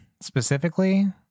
specifically